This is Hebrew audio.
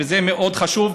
וזה מאוד חשוב.